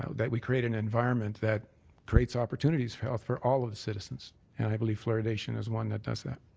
ah that we create an environment that creates opportunities for health for all of the citizens. and i believe fluoridation is one that does that.